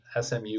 SMU